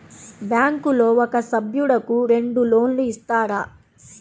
బ్యాంకులో ఒక సభ్యుడకు రెండు లోన్లు ఇస్తారా?